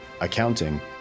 accounting